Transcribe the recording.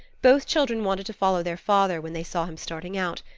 both children wanted to follow their father when they saw him starting out.